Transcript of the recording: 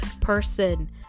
person